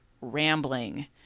rambling